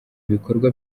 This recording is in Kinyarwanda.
bikorwa